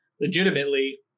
legitimately